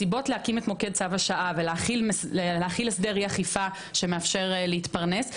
הסיבות להקים את מוקד צו השעה ולהחיל הסדר אי אכיפה שמאפשר להתפרנס,